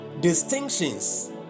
distinctions